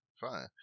fine